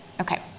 okay